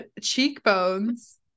cheekbones